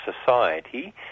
society